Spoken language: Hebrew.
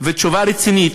ותשובה רצינית,